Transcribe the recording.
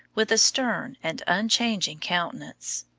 with a stern and unchanging countenance.